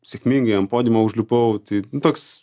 sėkmingai ant podiumo užlipau tai toks